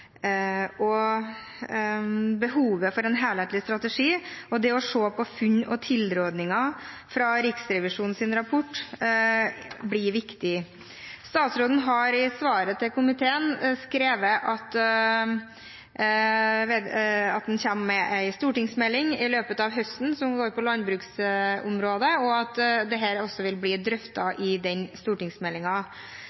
Og behovet for en helhetlig strategi og det å se på funn og tilrådinger i Riksrevisjonens rapport, blir viktig. Statsråden skrev i svaret til komiteen at han i løpet av høsten kommer med en stortingsmelding om landbruksområdet, og at dette også vil bli